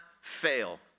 fail